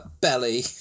Belly